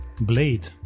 blade